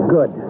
Good